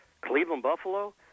Cleveland-Buffalo